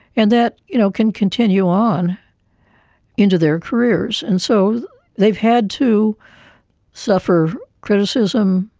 and that you know can continue on into their careers. and so they've had to suffer criticism,